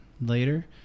later